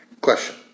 Question